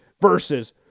versus